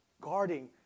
guarding